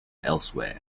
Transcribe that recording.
elsewhere